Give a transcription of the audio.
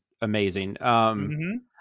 amazing